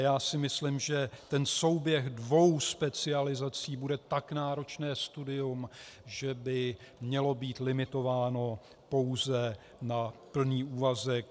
Já si myslím, že souběh dvou specializací bude tak náročné studium, že by mělo být limitováno pouze na plný úvazek.